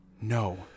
No